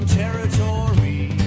territory